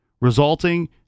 resulting